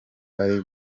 ari